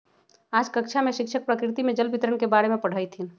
आज कक्षा में शिक्षक प्रकृति में जल वितरण के बारे में पढ़ईथीन